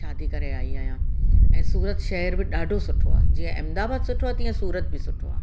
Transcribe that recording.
शादी करे आई आहियां ऐं सूरत शहिर बि ॾाढो सुठो आहे जीअं अहमदाबाद सुठो आहे तीअं सूरत बि सुठो आहे